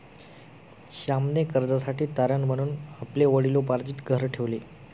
श्यामने कर्जासाठी तारण म्हणून आपले वडिलोपार्जित घर ठेवले